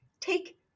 take